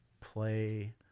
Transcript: play